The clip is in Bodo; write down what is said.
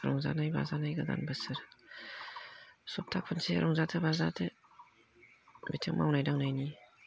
रंजानाय बाजानाय गोदान बोसोर सब्थाखुनसे रंजादो बाजादो बिथिं मावनाय दांनायनि